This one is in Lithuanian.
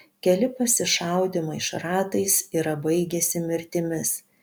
keli pasišaudymai šratais yra baigęsi mirtimis